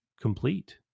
complete